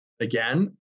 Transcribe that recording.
Again